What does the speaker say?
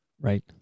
Right